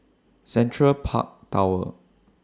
Central Park Tower